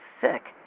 sick